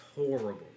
horrible